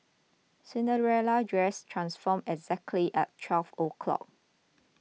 Cinderella's dress transformed exactly at twelve o' clock